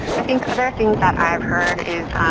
i think other things that i've heard is,